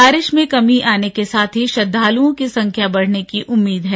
बारिा में कमी आने के साथ ही श्रद्वालुओं की संख्या बढ़ने की उम्मीद है